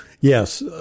yes